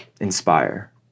inspire